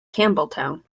campbeltown